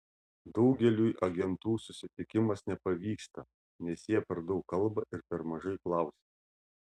daugeliui agentų susitikimas nepavyksta nes jie per daug kalba ir per mažai klausia